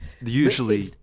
usually